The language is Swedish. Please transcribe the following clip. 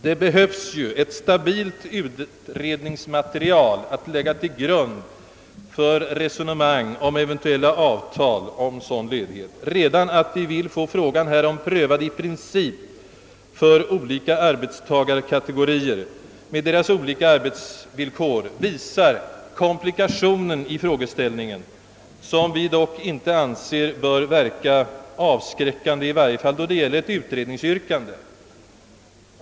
Det behövs uppenbarligen ett stabilt utredningsmaterial att lägga till grund för resonemang om eventuella avtal om sådan ledighet. Redan att vi vill få frågan prövad i princip för olika arbetstagarkategorier med deras olika arbetsvillkor visar komplikationen i frågeställningen som vi dock inte anser bör verka avskräckande, i varje fall inte då det gäller ett utredningsyrkande.